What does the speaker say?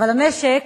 אבל המשק,